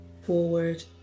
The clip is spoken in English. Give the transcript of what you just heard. forward